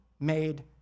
made